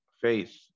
faith